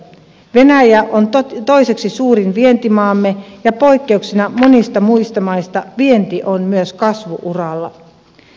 venäjä on toiseksi suurin vientimaamme ja poikkeuksena monista muista maista vienti on myös kasvu uralla